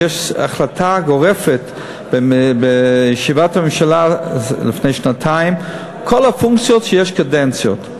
ויש החלטה גורפת מישיבת הממשלה לפני שנתיים: בכל הפונקציות יש קדנציות.